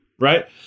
right